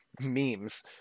Memes